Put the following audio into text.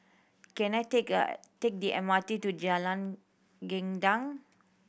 can I take a take the M R T to Jalan Gendang